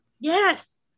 Yes